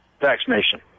vaccination